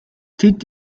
тэд